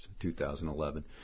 2011